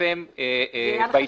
לפרסם בעיתון.